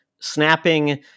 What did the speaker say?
snapping